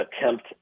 attempt